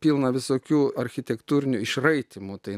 pilna visokių architektūrinių išraitymų tai